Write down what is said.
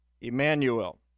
Emmanuel